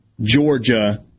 Georgia